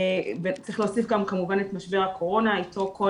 צריך להוסיף גם כמובן את משבר הקורונה איתו כל